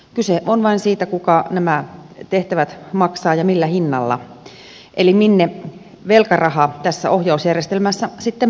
kyse on vain siitä kuka nämä tehtävät maksaa ja millä hinnalla eli minne velkaraha tässä ohjausjärjestelmässä sitten päätyykään